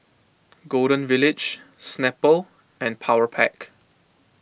Golden Village Snapple and Powerpac